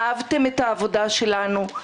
אהבתם את העבודה שלנו.